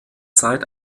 zeit